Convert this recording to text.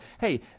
hey